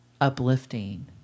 uplifting